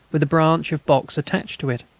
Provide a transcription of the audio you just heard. with a branch of box attached to it.